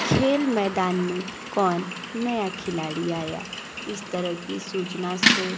खेल मैदान में कौन नया खिलाड़ी आया इस तरह की सूचना स्त्रोत